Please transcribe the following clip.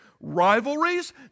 Rivalries